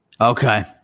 Okay